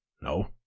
No